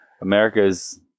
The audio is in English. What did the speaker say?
America's